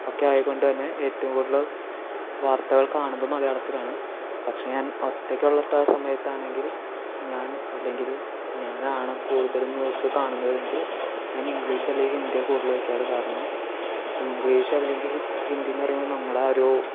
ഒക്കെ ആയതുകൊണ്ട് തന്നെ ഏറ്റവും കൂടുതൽ വാർത്തകൾ കാണുന്നതും മലയാളത്തിലാണ് പക്ഷേ ഞാൻ ഒറ്റയ്ക്ക് ഉള്ള ട സമയത്ത് ആണെങ്കിൽ ഞാൻ അല്ലെങ്കിൽ ഞാൻ ആണ് കൂടുതലും ന്യൂസ് കാണുന്നതെങ്കിൽ ഞാൻ ഇംഗ്ലീഷ് അല്ലെങ്കിൽ ഹിന്ദി കൂടുതൽ വായിക്കാറ് കാരണം ഇംഗ്ലീഷ് അല്ലെങ്കിൽ ഹി ഹിന്ദി എന്ന് പറയുമ്പോൾ നമ്മുടെ ആ ഒരു